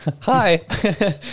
hi